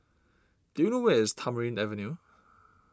do you know where is Tamarind Avenue